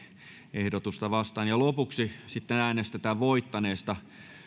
ehdotusta vastaan lopuksi äänestetään voittaneesta